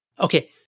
okay